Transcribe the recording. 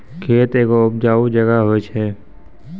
खेत एगो उपजाऊ जगह होय छै